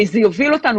זה הוביל אותנו,